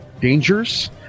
Dangers